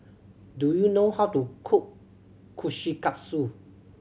do you know how to cook Kushikatsu